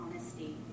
honesty